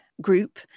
group